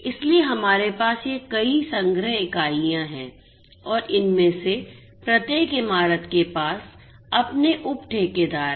इसलिए हमारे पास यह कई संग्रह इकाइयाँ हैं और इनमें से प्रत्येक इमारत के पास अपने उप ठेकेदार हैं